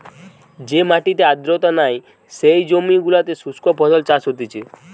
যে মাটিতে আর্দ্রতা নাই, যেই জমি গুলোতে শুস্ক ফসল চাষ হতিছে